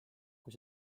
kui